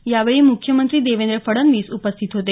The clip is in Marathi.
यावेळी मुख्यमंत्री देवेंद्र फडणवीस उपस्थित होते